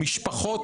המשפחות,